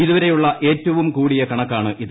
ഇതുവരെയുള്ള ഏറ്റവും കൂടിയ കണക്കാണിത്